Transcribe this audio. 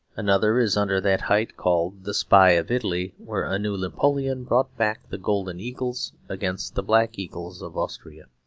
another is under that height called the spy of italy, where a new napoleon brought back the golden eagles against the black eagles of austria.